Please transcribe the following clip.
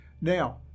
Now